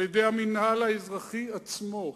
על-ידי המינהל האזרחי עצמו,